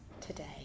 today